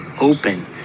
open